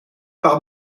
par